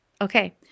Okay